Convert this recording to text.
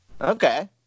Okay